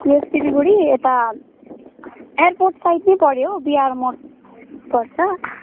यो सिलगढी यता airport side नै पऱ्यो बिहार मोड पर्छ